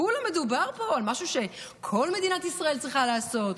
כולה מדובר פה על משהו שכל מדינת ישראל צריכה לעשות,